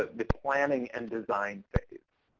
the planning and design phase.